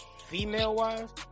Female-wise